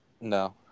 No